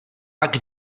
pak